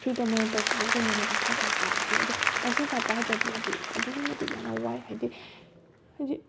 ꯐ꯭ꯔꯤꯗ ꯃꯣꯏꯅ ꯇꯧꯕꯤꯕꯒꯨꯝꯕꯅꯦꯕ ꯍꯛꯁꯦꯜ ꯀꯥꯠ ꯄꯥꯏꯔꯗꯤ ꯑꯗꯣ ꯍꯛꯁꯦꯜ ꯀꯥꯠ ꯄꯥꯏꯗ꯭ꯔꯗꯤ ꯍꯥꯏꯗꯤ ꯑꯗꯨꯛꯀꯤ ꯃꯇꯤꯛ ꯌꯥꯝꯅ ꯋꯥꯏ ꯍꯥꯏꯗꯤ ꯍꯥꯏꯗꯤ